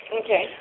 Okay